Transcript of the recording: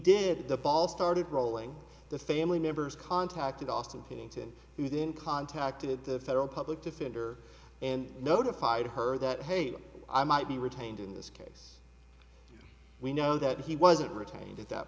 did the ball started rolling the family members contacted austin hinton who then contacted the federal public defender and notified her that hey i might be retained in this case we know that he wasn't retained it